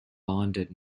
bonded